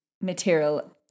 material